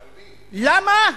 למה?